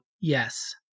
yes